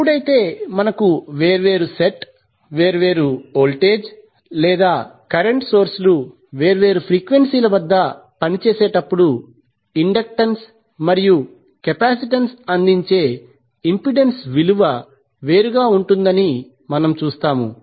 ఎప్పుడైతే మనకు వేర్వేరు సెట్ వేర్వేరు వోల్టేజ్ లేదా కరెంట్ సోర్స్ లు వేర్వేరు ఫ్రీక్వెన్సీ వద్ద పనిచేసేటప్పుడు ఇండక్టెన్స్ మరియు కెపాసిటెన్స్ అందించే ఇంపెడెన్స్ విలువ వేరుగా ఉంటుందని మనము చూస్తాము